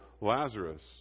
Lazarus